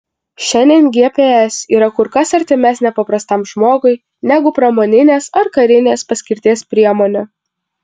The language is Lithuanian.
šiandien gps yra kur kas artimesnė paprastam žmogui negu pramoninės ar karinės paskirties priemonė